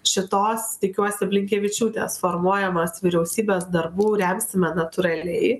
šitos tikiuosi blinkevičiūtės formuojamos vyriausybės darbų remsime natūraliai